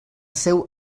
seu